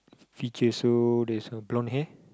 feature so there's a blonde hair